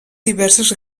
diverses